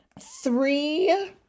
three